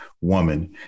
woman